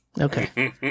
Okay